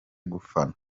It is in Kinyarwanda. gufana